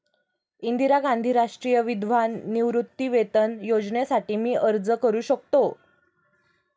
इंदिरा गांधी राष्ट्रीय विधवा निवृत्तीवेतन योजनेसाठी मी अर्ज करू शकतो?